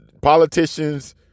politicians